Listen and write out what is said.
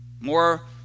More